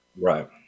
Right